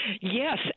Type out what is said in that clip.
yes